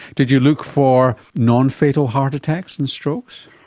did you look for non-fatal heart attacks and strokes?